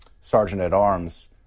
sergeant-at-arms